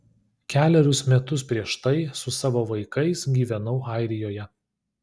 kelerius metus prieš tai su savo vaikais gyvenau airijoje